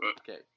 Okay